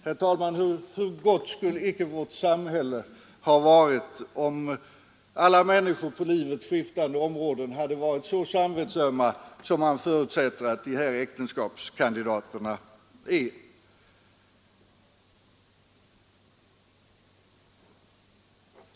Hur gott skulle inte vårt samhälle ha varit, herr talman, om alla människor på livets skiftande områden hade varit så samvetsömma som man förutsätter att äktenskapskandidaterna är!